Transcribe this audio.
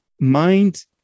mind